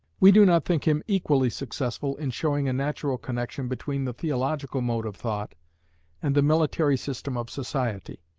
we do not think him equally successful in showing a natural connexion between the theological mode of thought and the military system of society